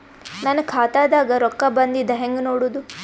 ನನ್ನ ಖಾತಾದಾಗ ರೊಕ್ಕ ಬಂದಿದ್ದ ಹೆಂಗ್ ನೋಡದು?